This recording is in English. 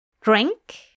Drink